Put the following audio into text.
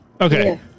okay